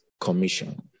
commission